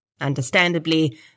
Understandably